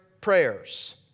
prayers